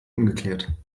ungeklärt